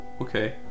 Okay